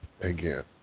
again